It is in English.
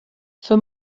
for